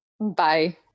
Bye